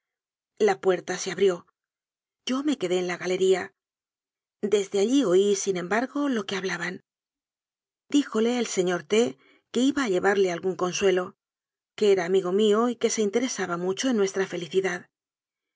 la puerta se abrió yo me quedé en la galería desde allí oí sin em bargo lo que hablaban díjole el señor t que iba a llevarle algún consuelo que era amigo mío y que se interesaba mucho en nuestra felicidadella